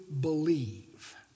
believe